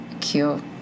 Cute